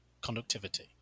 conductivity